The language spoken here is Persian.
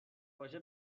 باشه